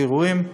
בירורים.